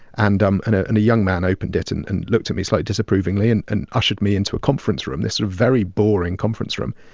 and um and ah and a young man opened it and and looked to me slightly disapprovingly and and ushered me into a conference room this sort of very boring conference room.